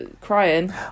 crying